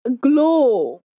Glow